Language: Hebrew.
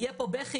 יהיה פה בכי,